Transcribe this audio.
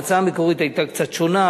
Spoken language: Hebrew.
ההצעה המקורית היתה קצת שונה,